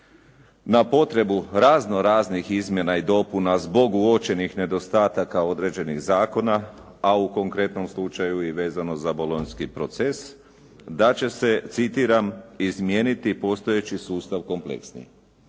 na potrebu raznoraznih izmjena i dopuna zbog uočenih nedostataka određenih zakona, a u konkretnom slučaju vezano i za bolonjski proces da će se, citiram, "izmijeniti postojeći sustav kompleksni."